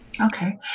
Okay